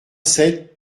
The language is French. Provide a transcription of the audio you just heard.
sept